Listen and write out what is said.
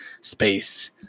space